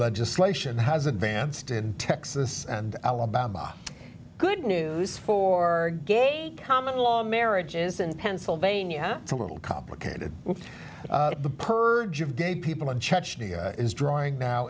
legislation has advanced in texas and alabama good news for gay common law marriages in pennsylvania it's a little complicated the purge of dead people in chechnya is drawing now